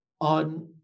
on